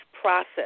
process